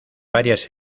varias